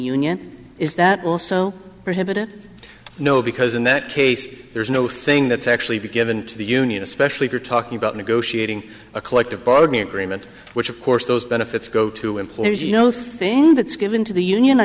union is that also prohibited no because in that case there's no thing that's actually been given to the union especially if you're talking about negotiating a collective bargaining agreement which of course those benefits go to employees you know thing that's given to the union i